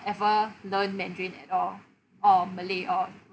ever learn mandarin at all or malay or